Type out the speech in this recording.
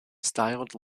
styled